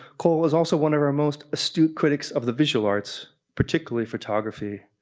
cole was also one of our most astute critics of the visual arts, particularly photography,